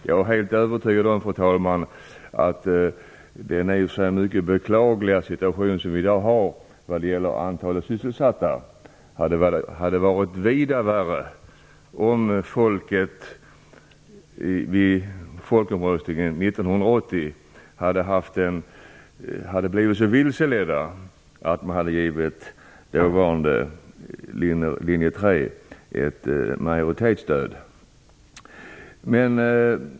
Jag är helt övertygad om, fru talman, att den i och för sig mycket beklagliga situation som vi i dag har när det gäller antalet sysselsatta hade varit vida värre om folket i folkomröstningen 1980 hade blivit så vilselett att man hade givit dåvarande linje 3 ett majoritetsstöd.